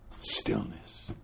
Stillness